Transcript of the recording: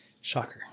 Shocker